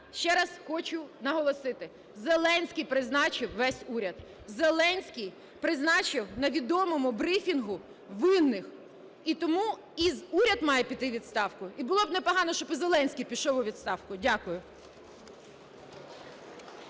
ще раз хочу наголосити: Зеленський призначив весь уряд. Зеленський призначив на відомому брифінгу винних. І тому і уряд має піти у відставку, і було б непогано, щоб і Зеленський пішов у відставку. Дякую.